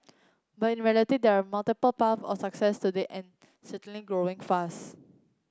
but in reality there are multiple path of success today and certainly fast